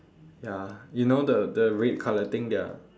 ya you know the the red color thing their